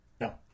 No